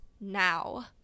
now